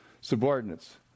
subordinates